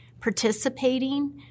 participating